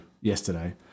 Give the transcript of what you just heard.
yesterday